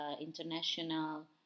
international